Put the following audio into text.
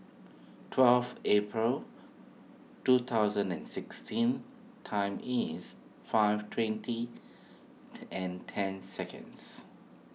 twelve April two thousand and sixteen time is five twenty and ten seconds